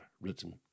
written